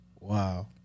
wow